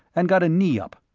and got a knee up.